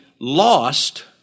lost